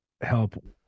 help